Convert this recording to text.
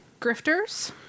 grifters